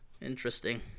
Interesting